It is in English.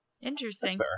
Interesting